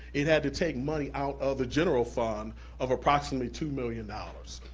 it had to take money out of the general fund of approximately two million dollars.